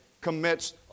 commits